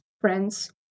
friends